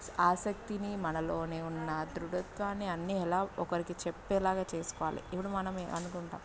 ఆసక్తిని మనలోనే ఉన్న ఆ దృఢత్వాన్ని అన్నీ ఎలా ఒకరికి చెప్పేలాగా చేసుకోవాలి ఇప్పుడు మనం ఇ అనుకుంటాం